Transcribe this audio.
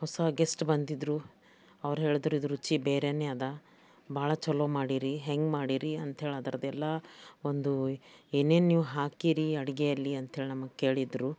ಹೊಸ ಗೆಸ್ಟ್ ಬಂದಿದ್ದರು ಅವ್ರು ಹೇಳಿದ್ರು ಇದ್ರ ರುಚಿ ಬೇರೆಯೇ ಅದ ಭಾಳ ಛಲೋ ಮಾಡಿರೀ ಹೆಂಗೆ ಮಾಡೀರೀ ಅಂತ ಹೇಳಿ ಅದ್ರದ್ದೆಲ್ಲ ಒಂದು ಏನೇನು ನೀವು ಹಾಕಿರೀ ಅಡುಗೆಯಲ್ಲಿ ಅಂಥೇಳಿ ನಮಗೆ ಕೇಳಿದರು